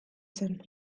zen